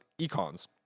Econ's